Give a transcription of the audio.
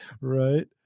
Right